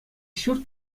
ҫурт